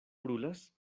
brulas